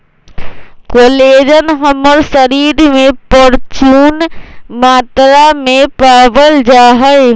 collagen हमर शरीर में परचून मात्रा में पावल जा हई